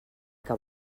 que